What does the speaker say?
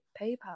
PayPal